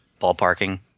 ballparking